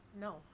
no